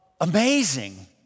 Amazing